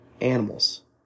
animals